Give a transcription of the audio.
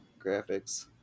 graphics